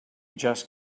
just